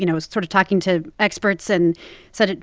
you know was sort of talking to experts and said,